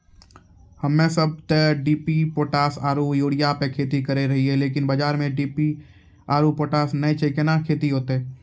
हम्मे सब ते डी.ए.पी पोटास आरु यूरिया पे खेती करे रहियै लेकिन बाजार मे डी.ए.पी आरु पोटास नैय छैय कैना खेती होते?